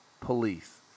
police